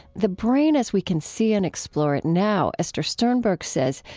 the brain as we can see and explore it now, esther sternberg says,